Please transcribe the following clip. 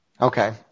Okay